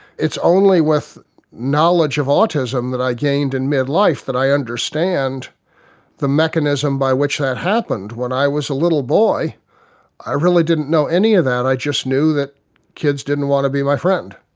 it's only with knowledge of autism that i gained in midlife that i understand the mechanism by which that happened. when i was little boy i really didn't know any of that, i just knew that kids didn't want to be my friend.